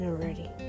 already